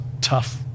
tough